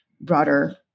broader